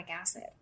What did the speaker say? acid